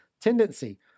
tendency